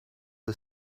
the